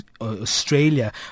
Australia